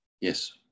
Yes